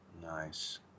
Nice